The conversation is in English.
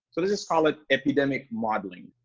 but just call it epidemic modeling,